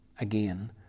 again